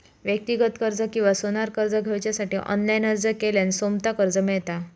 व्यक्तिगत कर्ज किंवा सोन्यार कर्ज घेवच्यासाठी ऑनलाईन अर्ज केल्यार सोमता कर्ज मेळता